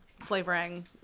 flavoring